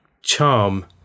charm